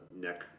neck